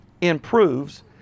improves